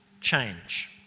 change